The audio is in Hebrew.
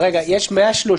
יש 130